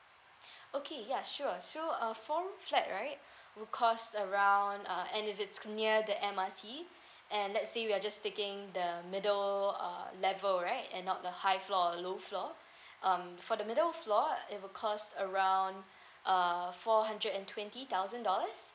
okay ya sure so a four room flat right would cost around uh and if it's near the M_R_T and let's say we are just taking the middle uh level right and not the high floor or low floor um for the middle floor it will cost around uh four hundred and twenty thousand dollars